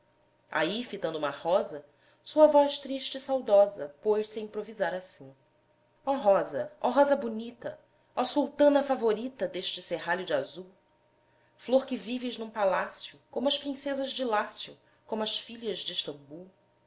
aí fitando uma rosa sua voz triste e saudosa pôs-se a improvisar assim ó rosa ó rosa bonita ó sultana favorita deste serralho de azul flor que vives num palácio como as princesas de lácio como as filhas de stambul